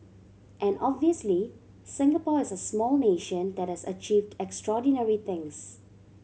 and obviously Singapore is a small nation that has achieved extraordinary things